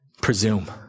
presume